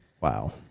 Wow